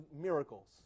miracles